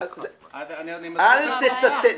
אל תצטט.